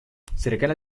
cercana